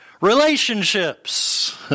relationships